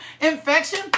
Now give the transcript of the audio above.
infection